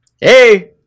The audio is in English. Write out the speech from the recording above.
Hey